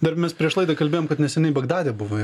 dar mes prieš laidą kalbėjom kad neseniai bagdade buvai